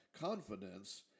confidence